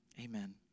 Amen